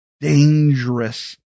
dangerous